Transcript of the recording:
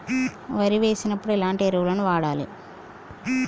వరి వేసినప్పుడు ఎలాంటి ఎరువులను వాడాలి?